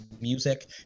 music